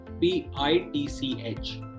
p-i-t-c-h